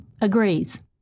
agrees